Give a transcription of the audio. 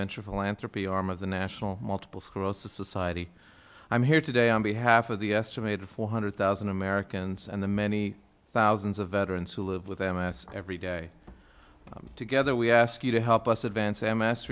venture philanthropy arm of the national multiple sclerosis society i'm here today on behalf of the estimated four hundred thousand americans and the many thousands of veterans who live with m s every day together we ask you to help us advance m